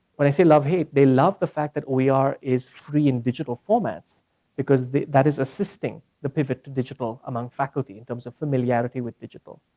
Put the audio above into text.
when i say love hate, they love the fact that what we are is free in digital formats because that is assisting the pivot to digital among faculty in terms of familiarity with digital.